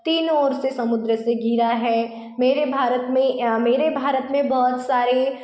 तीनों ओर से समुद्र से घिरा है मेरे भारत मेरे भारत में बहुत सारे